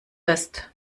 fest